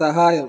സഹായം